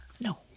no